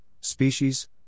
species